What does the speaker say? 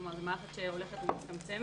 כלומר זו מערכת שהולכת ומצטמצמת.